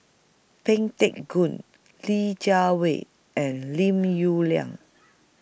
Pang Teck Joon Li Jiawei and Lim Yong Liang